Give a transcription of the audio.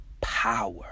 power